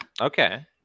Okay